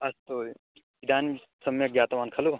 अस्तु इदानीं सम्यक् ज्ञातवान् खलु